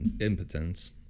impotence